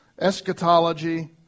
eschatology